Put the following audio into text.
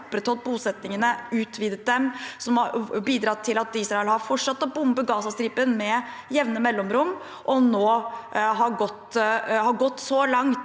opprettholdt bosetningene og utvidet dem, og bidratt til at Israel har fortsatt å bombe Gazastripen med jevne mellomrom. Det har nå gått så langt